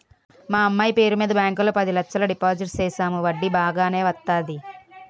మా అమ్మాయి పేరు మీద బ్యాంకు లో పది లచ్చలు డిపోజిట్ సేసాము వడ్డీ బాగానే వత్తాది